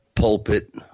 pulpit